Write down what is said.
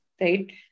right